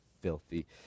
filthy